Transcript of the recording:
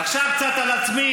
עכשיו קצת על עצמי,